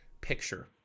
picture